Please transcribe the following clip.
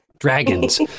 Dragons